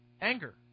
anger